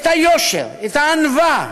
את היושר, את הענווה.